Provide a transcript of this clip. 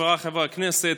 חבריי חברי הכנסת,